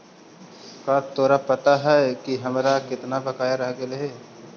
का तोरा पता हवअ हमर केतना बकाया रह गेलइ